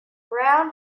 brown